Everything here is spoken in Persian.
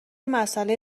مسئله